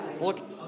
Look